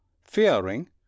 fearing